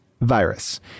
virus